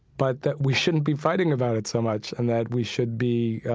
but that we shouldn't be fighting about it so much and that we should be